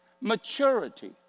Maturity